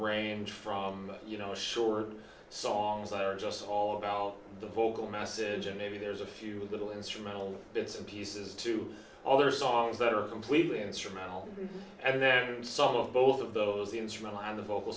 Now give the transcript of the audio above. range from you know short songs are just all about the vocal message and maybe there's a few little instrumental bits and pieces to all the songs that are completely instrumental and then some of both of those the instrumental and the vocal